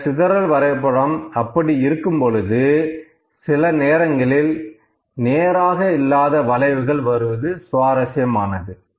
இந்த சிதறல் வரைபடம் அப்படி இருக்கும் பொழுது சில நேரங்களில் நேராக இல்லாத வளைவுகள் வருவது சுவாரசியமானது